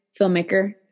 filmmaker